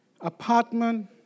apartment